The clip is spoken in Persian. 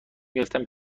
گرفتم